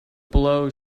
blow